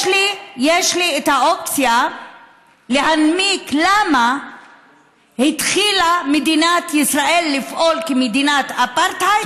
יש לי את האופציה לנמק למה התחילה מדינת ישראל לפעול כמדינת אפרטהייד.